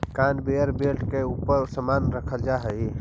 conveyor belt के ऊपर समान रखल जा हई